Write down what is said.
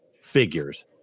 figures